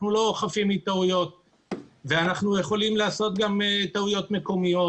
אנחנו לא חפים מטעויות ואנחנו יכולים לעשות גם טעויות מקומיות,